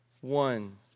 one